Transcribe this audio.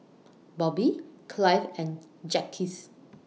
Bobby Clive and Jacquez